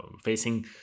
facing